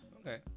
Okay